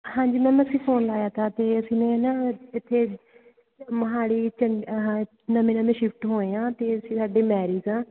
ਹਾਂਜੀ ਮੈਮ ਅਸੀਂ ਫ਼ੋਨ ਲਾਇਆ ਤਾ ਅਤੇ ਅਸੀਂ ਨੇ ਨਾ ਇੱਥੇ ਮੋਹਾਲੀ ਚੰਡੀ ਨਵੇਂ ਨਵੇਂ ਸ਼ਿਫਟ ਹੋਏ ਹਾਂ ਅਤੇ ਅਸੀਂ ਸਾਡੀ ਮੈਰਿਜ਼ ਆ